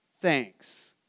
thanks